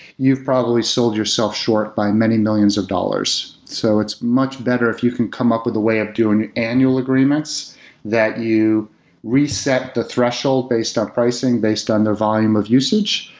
you've probably sold yourself short by many millions of dollars. so it's much better if you can come up with a way of doing annual agreements that you reset the threshold based on pricing, based on the volume of usage,